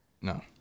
No